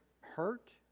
hurt